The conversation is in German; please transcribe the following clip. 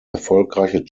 erfolgreiche